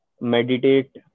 meditate